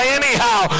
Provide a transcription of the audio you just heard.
anyhow